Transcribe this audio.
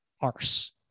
arse